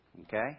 okay